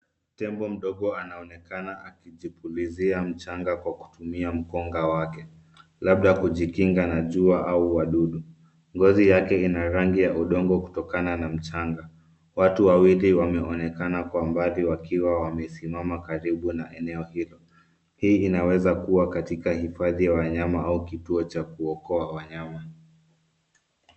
Tembo mdogo anaonekana akijipulizia mchanga kwa kutumia mkonga wake labda kujikinga na jua au wadudu. Ngozi yake ina rangi ya udongo kutokana na mchanga. Watu wawili wameonekana kwa mbali wakiwa wamesimama karibu na eneo hilo. Hii inaweza kuwa katika hifadhi ya wanyama au kituo cha kuokoa wanyama.